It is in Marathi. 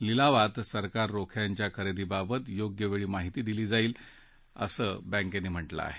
लिलावात सरकार रोख्यांच्या खरेदीबाबत योग्य वेळी माहिती दिली जाईल असं बॅकेनं म्हटलंय